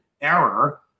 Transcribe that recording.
error